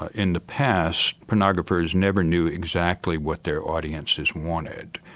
ah in the past pornographers never knew exactly what their audiences wanted,